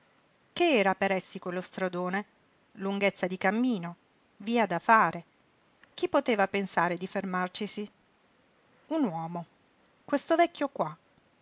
che era per essi quello stradone lunghezza di cammino via da fare chi poteva pensare di fermarcisi un uomo questo vecchio qua